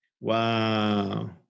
Wow